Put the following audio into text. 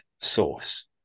source